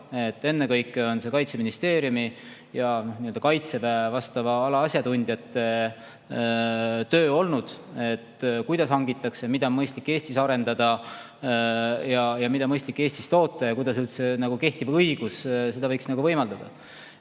Ennekõike on see Kaitseministeeriumi ja Kaitseväe vastava ala asjatundjate otsustada olnud, kuidas hangitakse, mida on mõistlik Eestis arendada, mida on mõistlik Eestis toota ja kuidas üldse kehtiv õigus seda võiks võimaldada. Meie